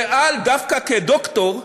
ואל, דווקא כדוקטור,